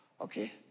Okay